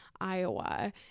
Iowa